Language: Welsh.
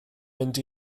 mynd